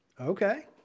Okay